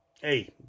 hey